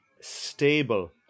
stable